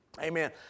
amen